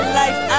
life